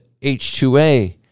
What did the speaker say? H2A